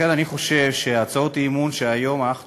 לכן אני חושב שהצעות האי-אמון שהיום,